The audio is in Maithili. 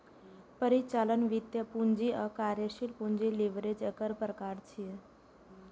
परिचालन, वित्तीय, पूंजी आ कार्यशील पूंजी लीवरेज एकर प्रकार छियै